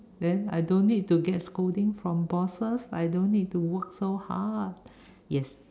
then I don't need to get scolding from bosses I don't need to work so hard yes